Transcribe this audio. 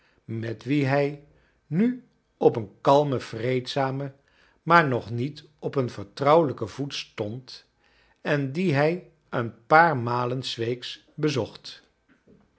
met wie hij nu op een kalmen vreedzamen maar nog niet op een vertrouwelijken voet stond en die hij een paar malen s weeks bezocht